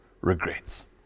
regrets